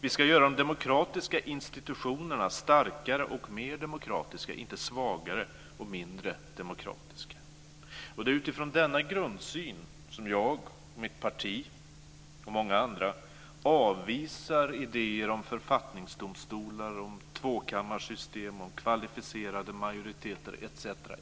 Vi ska göra de demokratiska institutionerna starkare och mer demokratiska, inte svagare och mindre demokratiska. Det är utifrån denna grundsyn som jag, mitt parti och många andra avvisar idéer om författningsdomstolar, tvåkammarsystem, kvalificerade majoriteter etc.